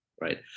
right